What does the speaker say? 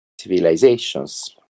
civilizations